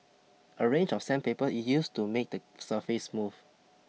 a range of sandpaper is used to make the surface smooth